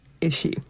issue